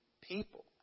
people